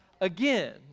again